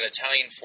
Italian